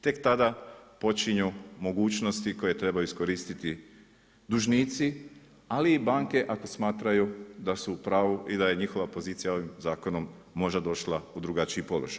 Tek tada počinju mogućnosti koje treba iskoristiti dužnici, ali i banke ako smatraju da su u pravu i da je njihova pozicija ovim zakonom možda došla u drugačiji položaj.